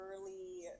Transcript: early